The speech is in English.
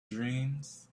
dreams